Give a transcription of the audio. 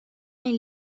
این